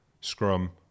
scrum